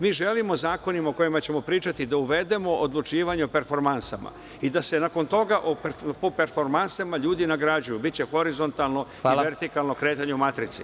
Mi želimo zakonima o kojima ćemo pričati da uvedemo odlučivanje o performansama i da se nakon toga po performansama ljudi nagrađuju, biće horizontalno i vertikalno kretanje u matrici.